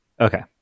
Okay